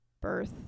birth